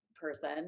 person